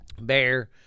Bear